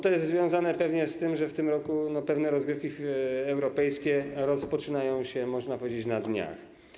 To jest związane pewnie z tym, że w tym roku pewne rozgrywki europejskie rozpoczynają się, można powiedzieć, na dniach.